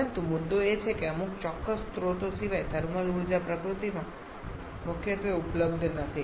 પરંતુ મુદ્દો એ છે કે અમુક ચોક્કસ સ્ત્રોતો સિવાય થર્મલ ઉર્જા પ્રકૃતિમાં મુક્તપણે ઉપલબ્ધ નથી